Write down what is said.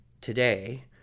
today